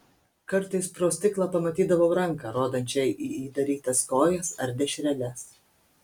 kartais pro stiklą pamatydavau ranką rodančią į įdarytas kojas ar dešreles